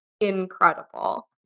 incredible